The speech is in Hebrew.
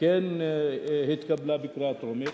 כן התקבלה בקריאה טרומית.